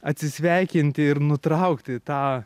atsisveikinti ir nutraukti tą